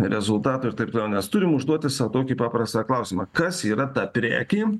rezultatų ir taip mes turim užduoti sau tokį paprastą klausimą kas yra ta prekė